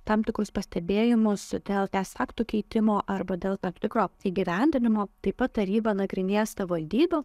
tam tikus pastebėjimus su tel teisės aktų keitimo arba dėl tap tikro įgyvendinimo taip pat taryba nagrinės tavadybių